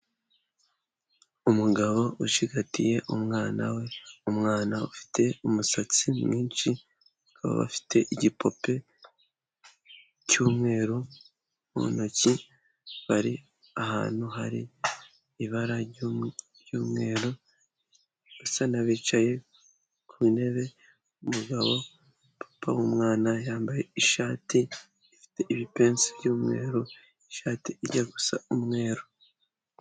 Umugabo ucigatiye umwana we, umwana ufite umusatsi mwinshi, bakaba bafite igipupe cy'umweru mu ntoki, bari ahantu hari ibara ry'umweru, basa nabicaye ku ntebe umugabo papa w'umwana yambaye ishati ifite ibipensu by'umweru, ishati ijya gusa umweru